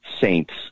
saints